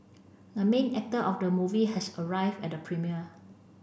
the main actor of the movie has arrived at the premiere